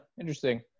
Interesting